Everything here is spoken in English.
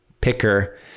picker